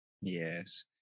Yes